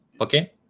okay